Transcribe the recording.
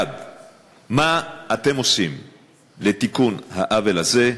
1. מה אתם עושים לתיקון העוול הזה?